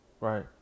right